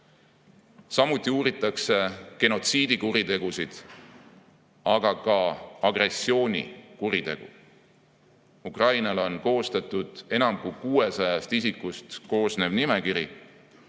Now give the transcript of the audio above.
Samuti uuritakse genotsiidikuritegusid, aga ka agressioonikuritegu. Ukrainal on koostatud nimekiri enam kui 600 isikust, kes on nende